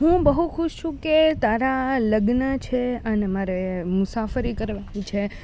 હું બહુ ખુશ છું કે તારા લગ્ન છે અને મારે મુસાફરી કરવાની છે